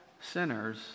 sinners